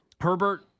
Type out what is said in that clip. Herbert